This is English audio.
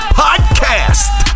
podcast